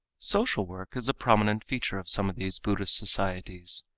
social work is a prominent feature of some of these buddhist societies.